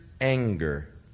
anger